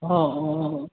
অঁ অঁ অঁ অঁ